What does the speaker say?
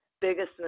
biggest